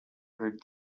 heard